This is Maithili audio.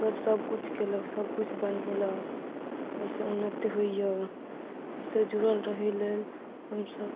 सबकिछु केलक सबकिछु बनेलक एहिसँ उन्नति होइया जुड़ल रहै लेल हमसब